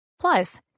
Plus